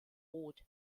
rot